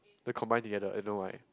then combine together I know right